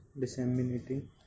disseminating